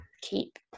keep